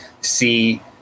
see